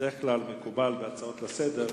בדרך כלל מקובל בהצעות לסדר-היום,